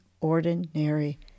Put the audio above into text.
ordinary